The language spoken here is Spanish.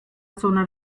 zona